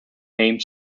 named